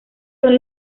son